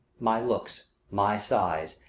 my looks, my sighs,